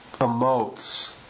emotes